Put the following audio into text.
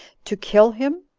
to kill him?